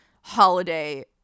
holiday